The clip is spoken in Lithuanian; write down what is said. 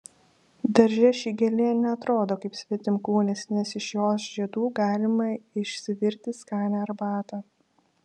darže ši gėlė ne atrodo kaip svetimkūnis nes iš jos žiedų galima išsivirti skanią arbatą